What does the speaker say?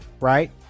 Right